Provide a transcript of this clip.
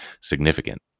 significant